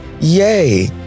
Yay